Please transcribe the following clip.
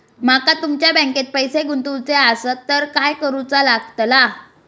माका तुमच्या बँकेत पैसे गुंतवूचे आसत तर काय कारुचा लगतला?